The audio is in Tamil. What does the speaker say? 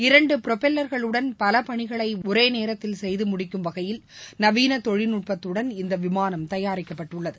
இரண்டு புரபலர்களுடன் பல பணிகளை ஒரே நேரத்தில் செய்துமுடிக்கும் வகையில் நவீள தொழில்நுட்பத்துடன் இந்த விமானம் தயாரிக்கப்பட்டுள்ளது